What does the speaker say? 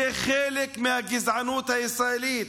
זה חלק מהגזענות הישראלית.